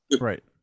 Right